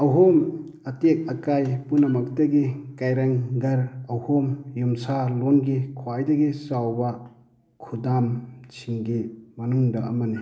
ꯑꯍꯨꯝ ꯑꯇꯦꯛ ꯑꯀꯥꯏ ꯄꯨꯝꯅꯃꯛꯇꯒꯤ ꯀꯔꯦꯡ ꯘꯔ ꯑꯍꯨꯝ ꯌꯨꯝꯁꯥꯂꯣꯟꯒꯤ ꯈ꯭ꯋꯥꯏꯗꯒꯤ ꯆꯥꯎꯕ ꯈꯨꯗꯝꯁꯤꯡꯒꯤ ꯃꯅꯨꯡꯗ ꯑꯃꯅꯤ